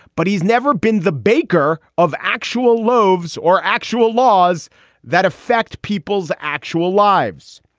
but he's never been the baker of actual loaves or actual laws that affect people's actual lives